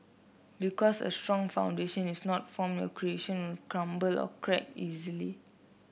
because a strong foundation is not formed your creation will crumble or crack easily